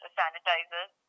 sanitizers